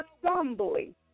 assembly